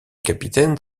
capitaine